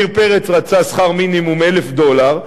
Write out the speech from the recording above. עמיר פרץ רצה שכר מינימום 1,000 דולר,